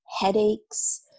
headaches